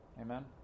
Amen